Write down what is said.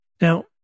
Now